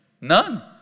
None